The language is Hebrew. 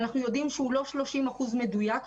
אנחנו יודעים שהוא לא 30% מדויק,